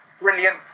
Brilliant